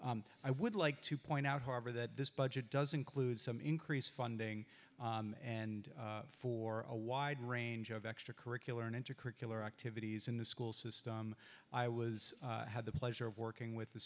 that i would like to point out however that this budget does include some increase funding and for a wide range of extra curricular and enter curricular activities in the school system i was had the pleasure of working with the